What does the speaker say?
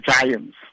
giants